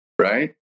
right